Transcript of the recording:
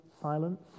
silence